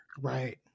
Right